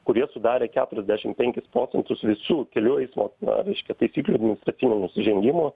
kurie sudarė keturiasdešim penkis procentus visų kelių eismo reiškia taisyklių administracinių nusižengimų